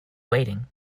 waiting